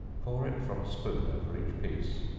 pour it from a spoon over each piece,